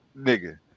nigga